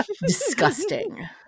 Disgusting